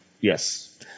yes